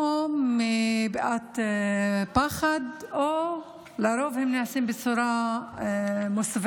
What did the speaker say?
או מפאת פחד או כי לרוב היא נעשית בצורה מוסווית